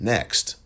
Next